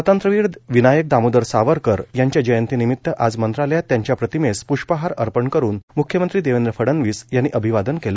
स्वातंत्र्यवीर विनायक दामोदर सावरकर यांच्या जयंतीनिमित्त आज मंत्रालयात त्यांच्या प्रतिमेस पृष्पहार अर्पण करून मुख्यमंत्री देवेंद्र फडणवीस यांनी अभिवादन केले